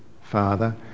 Father